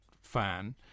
fan